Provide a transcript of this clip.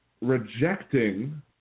rejecting